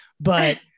but-